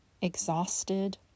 Exhausted